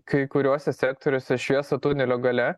kai kuriuose sektoriuose šviesą tunelio gale